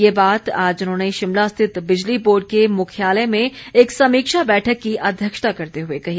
ये बात आज उन्होंने शिमला स्थित बिजली बोर्ड के मुख्यालय में एक समीक्षा बैठक की अध्यक्षता करते हुए कही